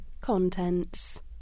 Contents